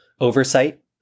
Oversight